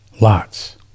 Lots